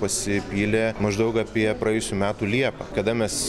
pasipylė maždaug apie praėjusių metų liepą kada mes